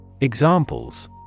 Examples